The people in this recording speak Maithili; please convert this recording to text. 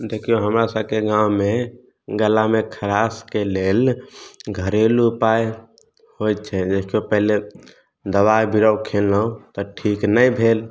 देखिऔ हमरासभके गाममे गलामे खराशके लेल घरेलू उपाय होइ छै देखिऔ पहिले दवाइ बीरो खएलहुँ तऽ ठीक नहि भेल